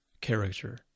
character